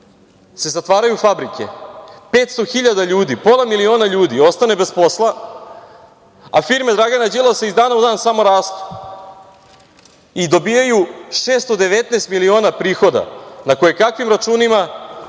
zatvaraju fabrike, 500 hiljada ljudi, pola miliona ljudi ostane bez posla, a firme Dragana Đilasa iz dana u dan samo rastu i dobijaju 619 miliona prihoda na kojekakvim računima,